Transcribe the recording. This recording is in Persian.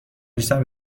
بیشتر